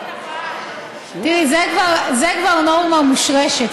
תראי, זו כבר נורמה מושרשת.